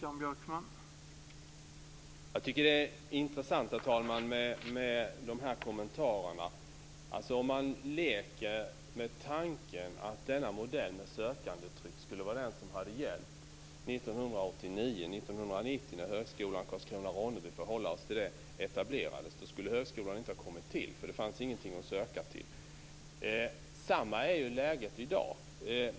Herr talman! Det är intressant med kommentarerna. Om man leker med tanken att denna modell med sökandetryck hade gällt 1989-1990, när högskolan i Karlskrona/Ronneby etablerades, skulle högskolan inte ha kommit till. Det fanns ingenting att söka till. Samma är läget i dag.